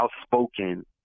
outspoken